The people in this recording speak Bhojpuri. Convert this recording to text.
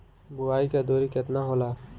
बुआई के दुरी केतना होला?